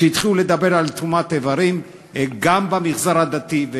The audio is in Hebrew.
כשהתחילו לדבר על תרומת איברים גם במגזר הדתי,